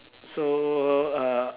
so uh